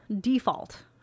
default